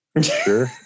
Sure